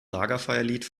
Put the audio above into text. lagerfeuerlied